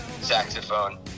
saxophone